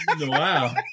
Wow